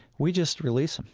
we just release them.